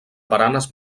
baranes